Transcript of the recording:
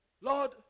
Lord